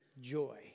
joy